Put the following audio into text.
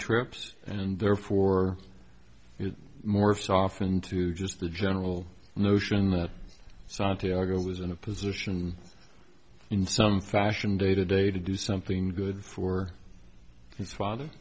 trips and therefore more softened to just the general notion that santiago was in a position in some fashion day to day to do something good for his father